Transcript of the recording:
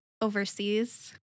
overseas